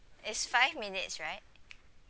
it's five minutes right okay